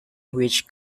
which